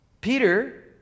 Peter